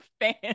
fans